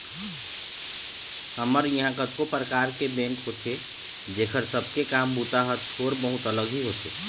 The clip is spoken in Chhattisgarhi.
हमर इहाँ कतको परकार के बेंक होथे जेखर सब के काम बूता ह थोर बहुत अलग ही होथे